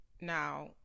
Now